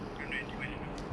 don't know anyone you know